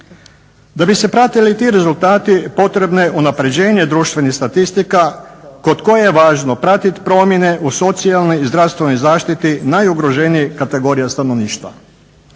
Da bi se pratili ti rezultati potrebno je unapređenje društvenih statistika kod koje je važno pratiti promjene u socijalnoj i zdravstvenoj zaštiti najugroženijih kategorija stanovništva.